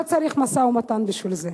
לא צריך משא-ומתן בשביל זה.